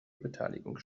beteiligung